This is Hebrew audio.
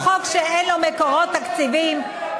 הוא חוק שאין לו מקורות תקציביים,